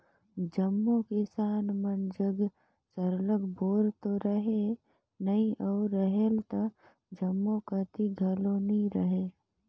जम्मो किसान मन जग सरलग बोर तो रहें नई अउ रहेल त जम्मो कती घलो नी रहे